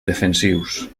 defensius